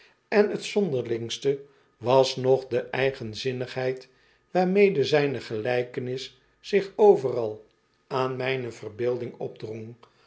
en t zonderlingste was nog de eigenzinnigheid waarmede zijne gelykenis zich overal aan mijne verbeelding